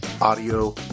audio